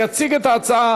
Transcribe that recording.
יציג את ההצעה